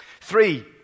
Three